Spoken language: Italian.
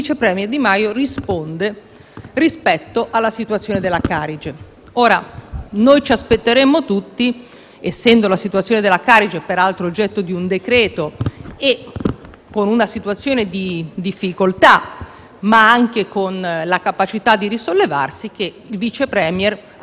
saremmo aspettati tutti, essendo la situazione della Carige peraltro oggetto di un decreto-legge e con una situazione di difficoltà ma anche con la capacità di risollevarsi, che il Vice *Premier* parlasse di come risolvere la situazione bancaria e come rafforzare la banca.